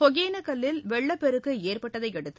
ஒகேனக்கல்லில் வெள்ளப்பெருக்கு ஏற்பட்டதையடுத்து